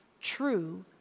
true